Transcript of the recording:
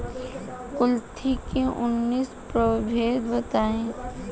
कुलथी के उन्नत प्रभेद बताई?